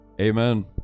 Amen